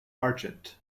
argent